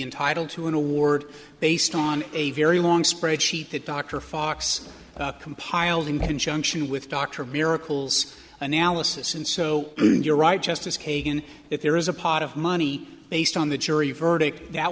entitled to an award based on a very long spreadsheet that dr fox compiled in conjunction with dr miracles analysis and so on you're right justice kagan if there is a pot of money based on the jury verdict that